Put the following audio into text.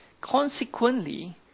Consequently